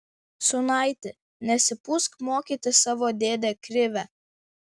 sūnaiti nesipūsk mokyti savo dėdę krivę